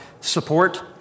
support